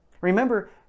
Remember